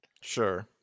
sure